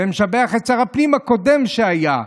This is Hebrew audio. ומשבח את שר הפנים הקודם שהיה,